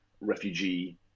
refugee